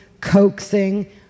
coaxing